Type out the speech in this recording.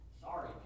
sorry